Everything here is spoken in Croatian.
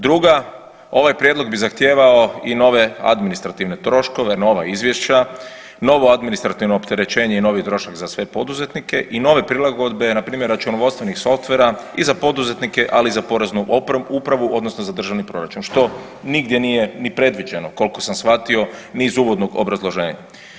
Druga, ovaj prijedlog bi zahtijevao i nove administrativne troškove, nova izvješća, novo administrativno opterećenje i novi trošak za sve poduzetnike i nove prilagodbe npr. računovodstvenih softvera i za poduzetnike, ali i za Poreznu upravu odnosno za državni proračun, što nigdje nije ni predviđeno, koliko sam shvatio ni iz uvodnog obrazloženja.